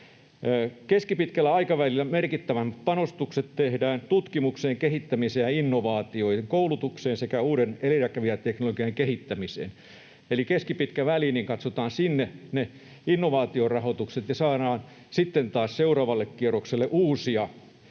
Keskipitkällä aikavälillä merkittävimmät panostukset tehdään tutkimukseen, kehittämiseen ja innovaatioihin, koulutukseen sekä uuden edelläkävijäteknologian kehittämiseen. Eli katsotaan ne innovaatiorahoitukset keskipitkälle välille, niin